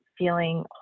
feeling